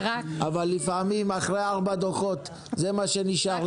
אבל לפעמים אחרי ארבעה דוחות זה מה שנשאר.